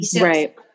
Right